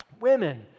Women